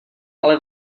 ale